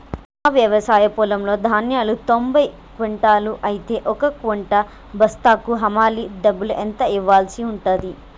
నా వ్యవసాయ పొలంలో ధాన్యాలు తొంభై క్వింటాలు అయితే ఒక క్వింటా బస్తాకు హమాలీ డబ్బులు ఎంత ఇయ్యాల్సి ఉంటది?